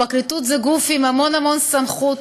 הפרקליטות זה גוף עם המון המון סמכות,